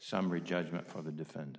summary judgment for the defend